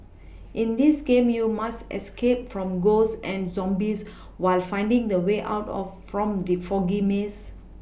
in this game you must escape from ghosts and zombies while finding the way out of from the foggy maze